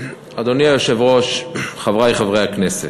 אדוני היושב-ראש, חברי חברי הכנסת,